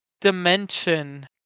dimension